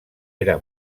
era